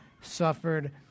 suffered